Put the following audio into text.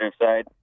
side